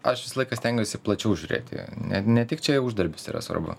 aš visą laiką stengiuosi plačiau žiūrėti ne ne tik čia uždarbis yra svarbu